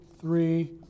three